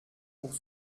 pour